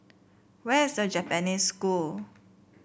where is The Japanese School